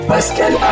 Pascal